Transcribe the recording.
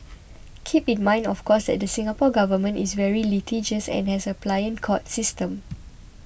keep in mind of course that the Singapore Government is very litigious and has a pliant court system